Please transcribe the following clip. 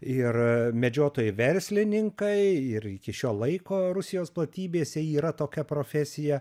ir medžiotojai verslininkai ir iki šio laiko rusijos platybėse yra tokia profesija